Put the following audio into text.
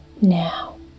now